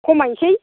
खमायनोसै